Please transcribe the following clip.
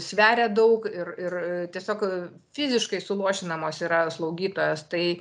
sveria daug ir ir tiesiog fiziškai suluošinamos yra slaugytojos tai